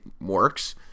works